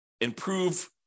improve